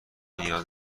نیاز